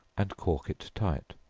and cork it tight.